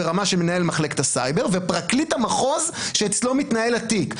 ברמה של מנהל מחלקת הסייבר ופרקליט המחוז שאצלו מתנהל התיק.